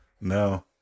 No